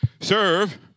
Serve